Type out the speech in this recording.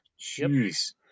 Jeez